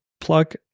plug